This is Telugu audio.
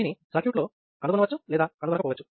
దీనిని సర్క్యూట్లో కనుగొనవచ్చు లేదా కనుగొనకపోవచ్చు